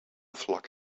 flock